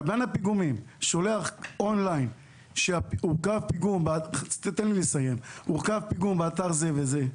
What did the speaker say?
קבלן הפיגומים שולח און-ליין דיווח שהוקם פיגום באתר זה וזה,